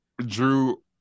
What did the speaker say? Drew